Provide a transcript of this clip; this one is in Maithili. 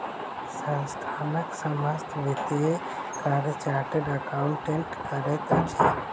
संस्थानक समस्त वित्तीय कार्य चार्टर्ड अकाउंटेंट करैत अछि